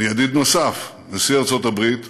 מידיד נוסף, נשיא ארצות הברית טראמפ,